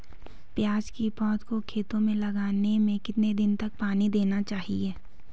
प्याज़ की पौध को खेतों में लगाने में कितने दिन तक पानी देना चाहिए?